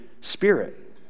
Spirit